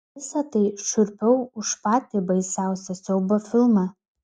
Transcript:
visa tai šiurpiau už patį baisiausią siaubo filmą